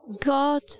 God